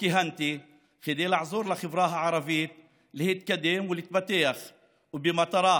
כיהנתי כדי לעזור לחברה הערבית להתקדם ולהתפתח במטרה